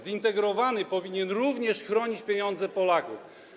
Zintegrowany powinien również chronić pieniądze Polaków.